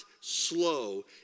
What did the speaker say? slow